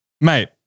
Mate